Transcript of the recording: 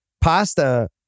pasta